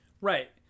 Right